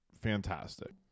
Fantastic